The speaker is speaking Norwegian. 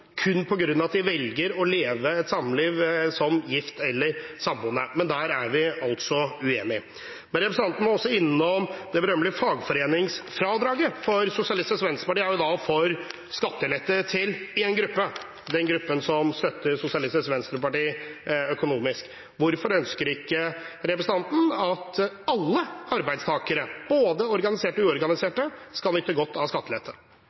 kun på grunn av at de velger å leve et liv som gift eller samboende. Men der er vi altså uenige. Representanten var også innom det berømmelige fagforeningsfradraget, for Sosialistisk Venstreparti er for skattelette til én gruppe – den gruppen som støtter Sosialistisk Venstreparti økonomisk. Hvorfor ønsker ikke representanten at alle arbeidstakere, både organiserte og uorganiserte, skal nyte godt av skattelette?